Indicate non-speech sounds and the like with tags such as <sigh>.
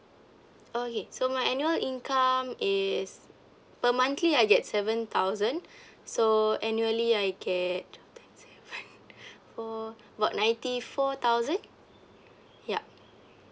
okay so my annual income is per monthly I get seven thousand <breath> so annually I get four about ninety four thousand yup